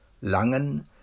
Langen